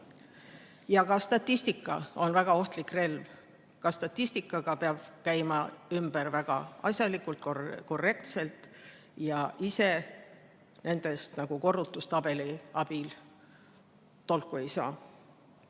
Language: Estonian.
Ja ka statistika on väga ohtlik relv. Ka statistikaga peab käima ümber väga asjalikult, korrektselt ja ise nagu korrutustabeli abil tolku ei saa.